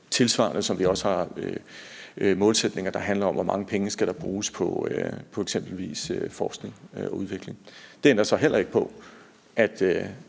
svarer til, at vi også har målsætninger, der handler om, hvor mange penge der skal bruges på eksempelvis forskning og udvikling. Det ændrer så heller ikke på, at